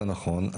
זה נכון.